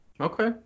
Okay